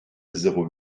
zéro